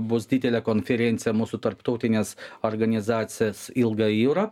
bus didelė konferencija mūsų tarptautinės organizacijos ilga jūra